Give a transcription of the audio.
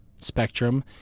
spectrum